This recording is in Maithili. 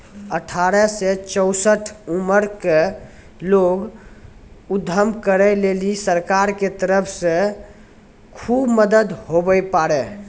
अठारह से चौसठ उमर के लोग उद्यम करै लेली सरकार के तरफ से खुब मदद हुवै पारै